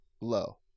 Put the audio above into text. low